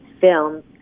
films